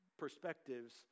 Perspectives